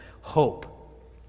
hope